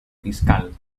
fiscal